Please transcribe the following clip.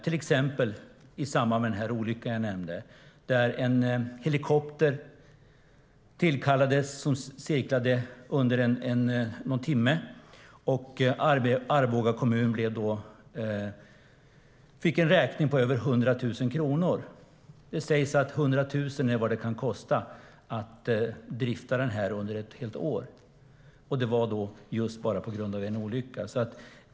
I samband med den olycka som jag nämnde tillkallades en helikopter som cirkulerade under någon timme. Arboga kommun fick en räkning på över 100 000 kronor - det sägs att 100 000 är vad det kan kosta att driva det här under ett helt år. Detta var då just bara på grund av en olycka.